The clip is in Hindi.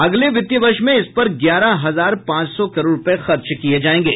अगले वित्तीय वर्ष में इस पर ग्यारह हजार पांच सौ करोड़ रूपये खर्च किये जायेंगे